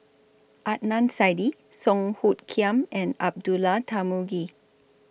Adnan Saidi Song Hoot Kiam and Abdullah Tarmugi